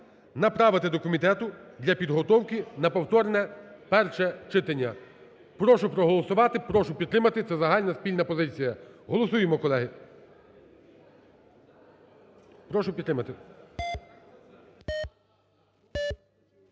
направити до комітету для підготовки на повторне перше читання. Прошу проголосувати, прошу підтримати. Це загальна, спільна позиція. Голосуємо, колеги. Прошу підтримати.